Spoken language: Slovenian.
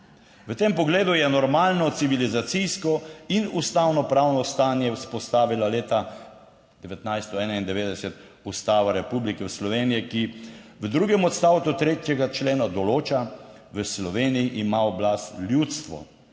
V tem pogledu je normalno civilizacijsko in ustavno pravno stanje vzpostavila leta 1991 Ustava Republike Slovenije, ki v drugem odstavku 3. člena določa: "V Sloveniji ima oblast ljudstvo.